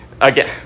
again